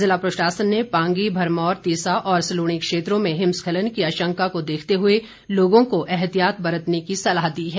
ज़िला प्रशासन ने पांगी भरमौर तीसा और सलूणी क्षेत्रों में हिमस्खलन की आशंका को देखते हुए लोगों को एहतियात बरतने की सलाह दी है